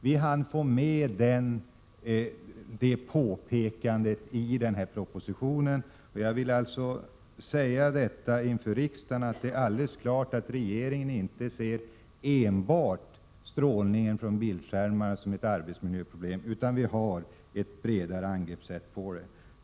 Vi hann få med det påpekandet i propositionen. Jag vill inför riksdagen göra alldeles klart att regeringen inte ser enbart strålningen från bildskärmar som ett arbetsmiljöproblem — vi har ett bredare angreppssätt.